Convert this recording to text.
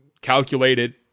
calculated